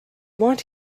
want